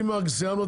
(הישיבה נפסקה בשעה 13:18 ונתחדשה בשעה 15:28.)